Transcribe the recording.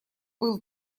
был